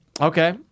Okay